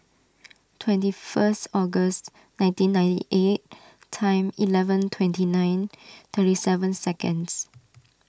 twenty first August nineteen ninety eight time eleven twenty nine thirty seven seconds